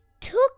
took